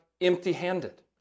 empty-handed